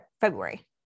February